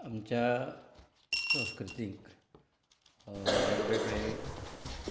आमच्या संस्कृतीक वेगवेगळे हें आसात